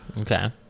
Okay